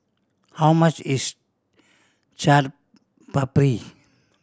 how much is Chaat Papri